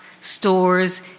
stores